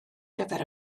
gyfer